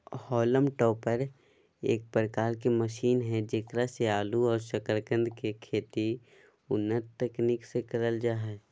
haulm topper एक प्रकार के मशीन हई जेकरा से आलू और सकरकंद के खेती उन्नत तकनीक से करल जा हई